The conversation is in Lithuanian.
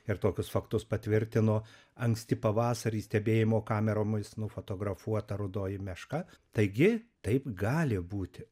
ir tokius faktus patvirtino anksti pavasarį stebėjimo kameromis nufotografuota rudoji meška taigi taip gali būti